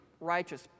righteous